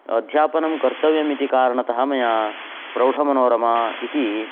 अध्यापनं कर्तव्यम् इति कारणतः मया प्रौढमनोरमा इति